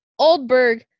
oldberg